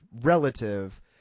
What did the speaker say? relative